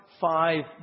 five